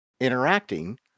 interacting